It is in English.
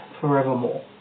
forevermore